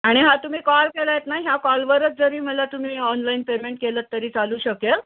आणि हा तुम्ही कॉल केला आहेत ना ह्या कॉलवरच जरी मला तुम्ही ऑनलाईन पेमेंट केलंंत तरी चालू शकेल